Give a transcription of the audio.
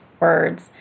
words